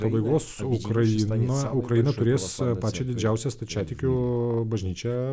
pabaigos ukraina ukraina turės save pačią didžiausią stačiatikių bažnyčią